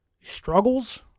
struggles